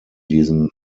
diesen